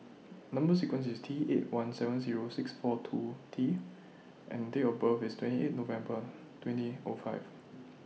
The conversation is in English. Number sequence IS T eight one seven Zero six four two T and Date of birth IS twenty eight November twenty O five